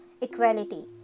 equality